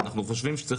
איך ניגשים